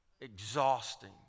exhausting